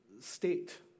state